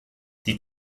die